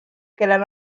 kellel